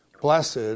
blessed